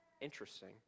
interesting